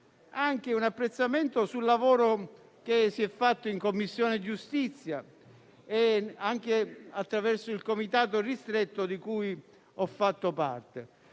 anche al lavoro che si è svolto in Commissione giustizia, anche attraverso il comitato ristretto di cui ho fatto parte.